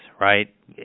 right